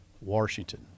Washington